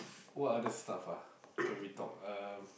what other stuff ah can we talk um